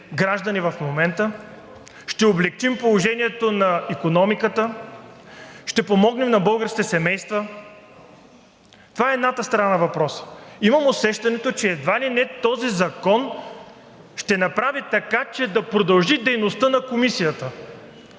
граждани в момента, ще облекчим ли положението на икономиката, ще помогнем ли на българските семейства? Това е едната страна на въпроса. Имам усещането, че едва ли не този закон ще направи така, че да продължи дейността на Комисията.